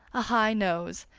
a high nose,